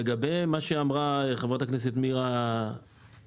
לגבי מה שאמרה חברת הכנסת נירה שפק.